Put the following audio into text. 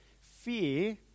fear